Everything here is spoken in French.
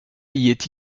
est